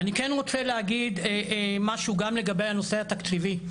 אני כן רוצה להגיד משהו גם לגבי הנושא התקציבי,